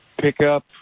pickup